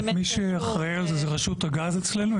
מי שאחראי על זה זה רשות הגז אצלנו.